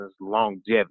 longevity